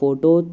photo